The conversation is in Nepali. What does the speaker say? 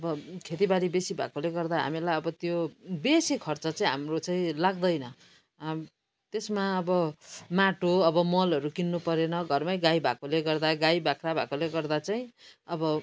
अब खेतीबारी बेसी भएकोले गर्दा हामीलाई अब त्यो बेसी खर्च चाहिँ हाम्रो चाहिँ लाग्दैन त्यसमा अब माटो अब मलहरू किन्नु परेन घरमै गाई भएकोले गर्दा गाई बाख्रा भएकोले गर्दा चाहिँ अब